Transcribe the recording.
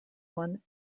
won